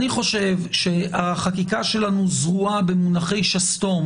אני חושב שהחקיקה שלנו זרועה במונחי שסתום